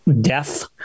death